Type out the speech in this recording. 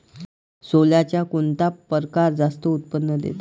सोल्याचा कोनता परकार जास्त उत्पन्न देते?